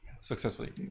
successfully